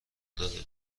داره